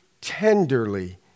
tenderly